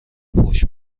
فحش